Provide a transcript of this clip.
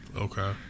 Okay